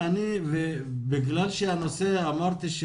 אמרתי,